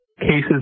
cases